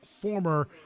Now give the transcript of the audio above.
former